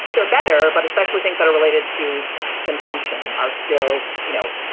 they're better. but especially things that are related to consumption are still, you know,